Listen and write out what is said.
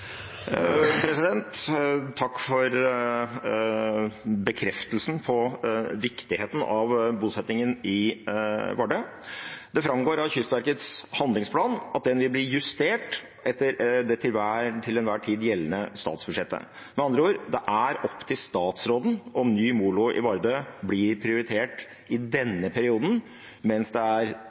Takk for bekreftelsen på viktigheten av bosettingen i Vardø. Det framgår av Kystverkets handlingsplan at den vil bli justert etter det til enhver tid gjeldende statsbudsjettet. Med andre ord er det opp til statsråden om ny molo i Vardø blir prioritert i denne perioden, mens det er